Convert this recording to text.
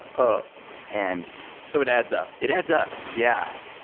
ah ah and so it adds up it adds up. yeah.